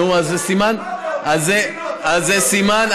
אתם שמתם בסוף סדר-היום.